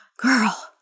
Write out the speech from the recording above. Girl